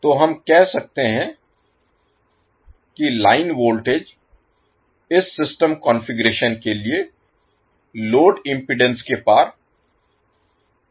तो हम कह सकते हैं कि लाइन वोल्टेज इस सिस्टम कॉन्फ़िगरेशन के लिए लोड इम्पीडेन्स के पार वोल्टेज के बराबर है